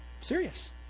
Serious